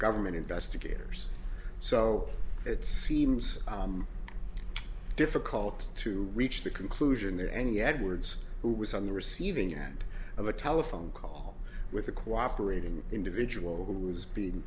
government investigators so it seems difficult to reach the conclusion that any edwards who was on the receiving end of a telephone call with a cooperate in individual was being